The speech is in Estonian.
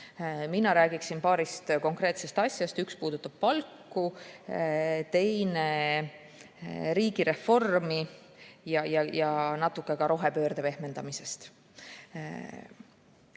Mina räägiksin paarist konkreetsest asjast. Üks puudutab palku, teine riigireformi ja natuke ka rohepöörde pehmendamist.